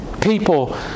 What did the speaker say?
people